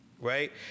right